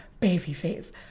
Babyface